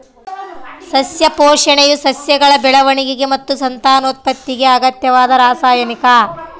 ಸಸ್ಯ ಪೋಷಣೆಯು ಸಸ್ಯಗಳ ಬೆಳವಣಿಗೆ ಮತ್ತು ಸಂತಾನೋತ್ಪತ್ತಿಗೆ ಅಗತ್ಯವಾದ ರಾಸಾಯನಿಕ